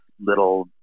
little